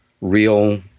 real